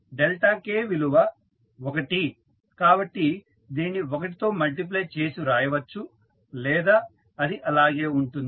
Δk విలువ ఒకటి కాబట్టి దీనిని 1 తో మల్టిప్లై చేసి వ్రాయవచ్చు లేదా అది అలాగే ఉంటుంది